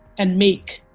and make,